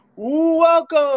Welcome